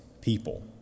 people